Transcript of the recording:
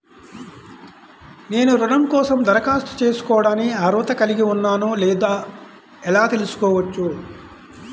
నేను రుణం కోసం దరఖాస్తు చేసుకోవడానికి అర్హత కలిగి ఉన్నానో లేదో ఎలా తెలుసుకోవచ్చు?